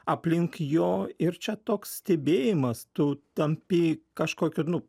aplink jo ir čia toks stebėjimas tu tampi kažkokiu nu